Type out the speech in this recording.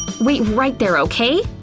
wait right there, okay?